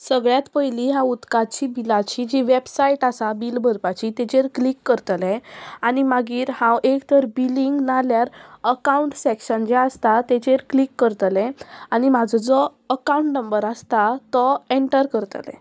सगळ्यांत पयलीं हांव उदकाची बिलाची जी वेबसायट आसा बील भरपाची तेचेर क्लीक करतले आनी मागीर हांव एक तर बिलींग नाल्यार अकावंट सेक्शन जें आसता तेजेर क्लीक करतलें आनी म्हाजो जो अकावंट नंबर आसता तो एंटर करतलें